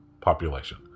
population